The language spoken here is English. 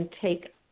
take